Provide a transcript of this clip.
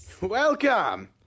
Welcome